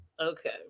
okay